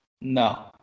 No